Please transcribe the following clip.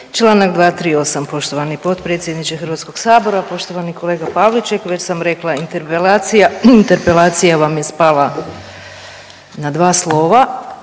Čl. 238. poštovani potpredsjedniče HS. Poštovani kolega Pavliček, već sam rekla interpelacija, interpelacija vam je spala na dva slova,